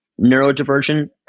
neurodivergent